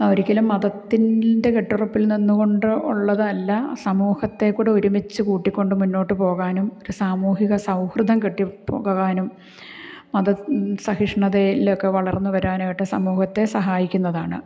ഒരിക്കലും മതത്തിന്റെ കെട്ടുറപ്പില് നിന്നു കൊണ്ടു ഉള്ളതല്ല സമൂഹത്തെ കൂടെ ഒരുമിച്ച് കൂട്ടിക്കൊണ്ടു മുന്നോട്ട് പോകാനും ഒരു സാമൂഹിക സൗഹൃദം കെട്ടിപ്പൊക്കുവാനും മത സഹിഷ്ണുതയിലൊക്കെ വളര്ന്നു വരാനായിട്ടു സമൂഹത്തെ സഹായിക്കുന്നതാണ്